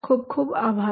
ખુબ ખુબ આભાર